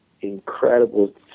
Incredible